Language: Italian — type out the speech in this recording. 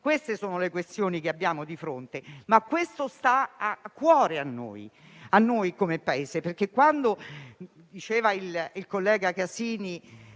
Queste sono le questioni che abbiamo di fronte e che stanno a cuore a noi come Paese.